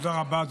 תודה רבה.